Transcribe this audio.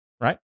right